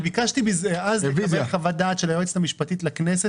אני ביקשתי אז לקבל חוות דעת של היועצת המשפטית לכנסת,